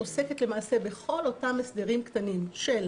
עוסקת למעשה בכל אותם הסדרים קטנים של